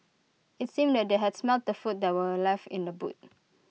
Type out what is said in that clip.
IT seemed that they had smelt the food that were left in the boot